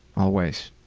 always.